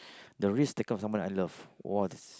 the risk taker of someone I love !wah! this